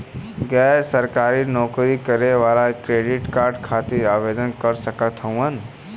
गैर सरकारी नौकरी करें वाला क्रेडिट कार्ड खातिर आवेदन कर सकत हवन?